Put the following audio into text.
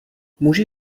muži